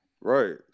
Right